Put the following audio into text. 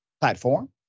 platform